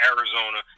Arizona